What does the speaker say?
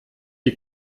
die